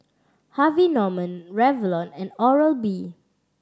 Harvey Norman Revlon and Oral B